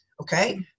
Okay